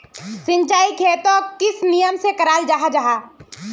सिंचाई खेतोक किस नियम से कराल जाहा जाहा?